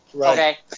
Okay